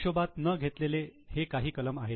हिशोबात न घेतलेले हे काही कलम आहेत